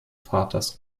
vaters